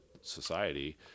society